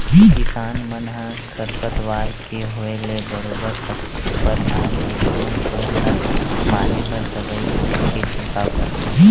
किसान मन ह खरपतवार के होय ले बरोबर कतको परकार ले ओ बन ल मारे बर दवई गोली के छिड़काव करथे